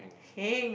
heng